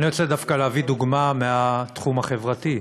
אני רוצה דווקא להביא דוגמה מהתחום החברתי.